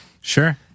Sure